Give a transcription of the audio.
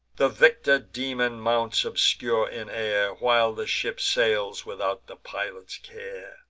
the victor daemon mounts obscure in air, while the ship sails without the pilot's care.